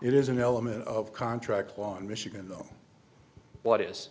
it is an element of contract law in michigan though what is